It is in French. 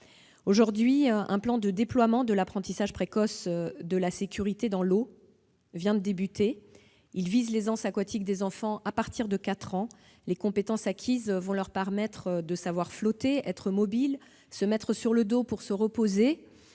sauveteur. Un plan de déploiement de l'apprentissage précoce de la sécurité dans l'eau vient d'être lancé. Il vise l'aisance aquatique des enfants à partir de 4 ans : les compétences acquises vont leur permettre de savoir flotter, être mobiles, se mettre sur le dos pour se reposer